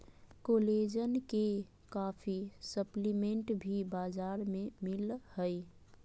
collagen के काफी supplement भी बाजार में मिल हइ